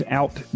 out